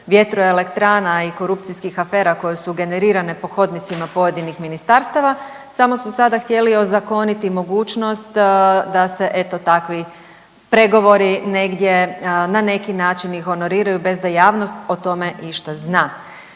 vjetroelektrana i korupcijskih afera koje su generirane po hodnicima pojedinih ministarstava, samo su sada htjeli ozakoniti mogućnost da se eto takvi pregovori negdje na neki način i honoriraju bez da javnost o tome išta zna.